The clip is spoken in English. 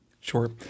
Sure